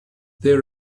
their